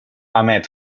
emet